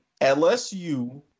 LSU